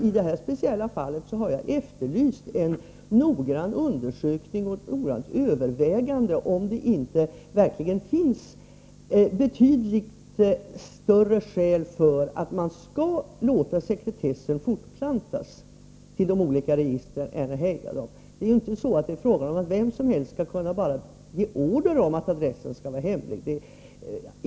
I det här speciella fallet har jag efterlyst en noggrann undersökning och ett noggrant övervägande om det verkligen inte finns starka skäl för att man skall låta sekretessen fortplantas till de olika registren i stället för att hejda den. Det är inte fråga om att vem som helst skall kunna ge order om att adressen skall vara hemlig.